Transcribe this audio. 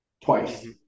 twice